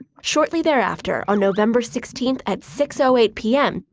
shortly thereafter, on november sixteenth at six so eight p m.